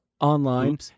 online